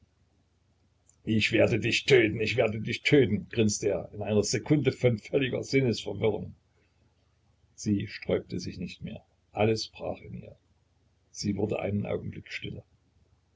ich werde dich töten ich werde dich töten grinste er in einer sekunde von völliger sinnesverwirrung sie sträubte sich nicht mehr alles brach in ihr sie wurde einen augenblick stille